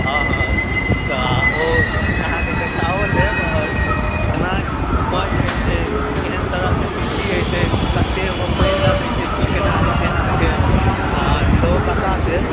हँ हँ तँ ओ अहाँके देखाओ देब आओर केना उपज होइ छै केहन तरहके मिट्टी होइ छै कते ओहिमे पानि लगै छै से की केना होइ छै से अहाँकेॅं सेहो बता देब